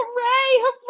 Hooray